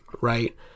right